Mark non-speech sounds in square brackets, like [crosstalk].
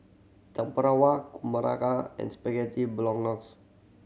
Tempura [unintelligible] and Spaghetti Bolognese